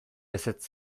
ezetz